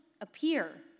appear